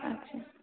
ᱟᱪᱪᱷᱟ